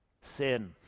Sin